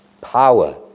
Power